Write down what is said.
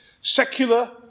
secular